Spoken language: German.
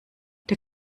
der